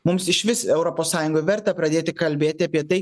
mums išvis europos sąjungoj verta pradėti kalbėti apie tai